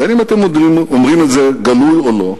בין שאתם אומרים את זה בגלוי בין שלא: